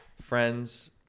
friends